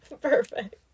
Perfect